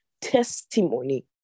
testimony